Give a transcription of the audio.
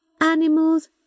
Animals